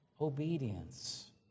obedience